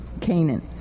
Canaan